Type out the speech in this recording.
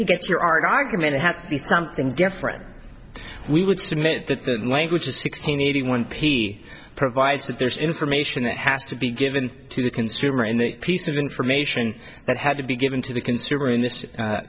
to get your art argument it has to be something different we would submit that the language of sixteen eighty one p provides that there's information that has to be given to the consumer and the piece of information that had to be given to the consumer in this